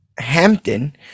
hampton